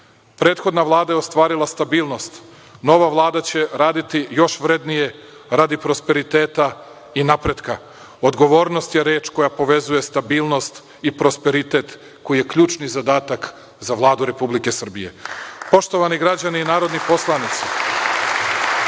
Prethodna Vlada je ostvarila stabilnost, nova Vlada će raditi još vrednije radi prosperiteta i napretka. Odgovornost je reč koja povezuje stabilnost i prosperitet koji je ključno zadatak za Vladu Republike Srbije. Poštovani građani i narodni poslanici,